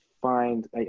find